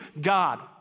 God